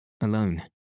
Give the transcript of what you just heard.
Alone